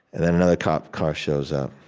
and then another cop car shows up.